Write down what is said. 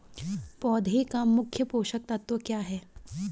पौधें का मुख्य पोषक तत्व क्या है?